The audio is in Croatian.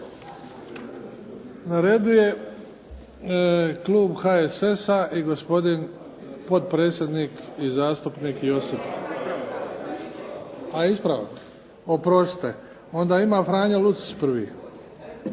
Na redu je klub HSS-a i gospodin potpredsjednik i zastupnik Josip. A ispravak! Oprostite. Onda ima Franjo Lucić prvi.